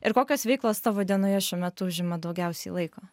ir kokios veiklos tavo dienoje šiuo metu užima daugiausiai laiko